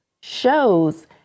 shows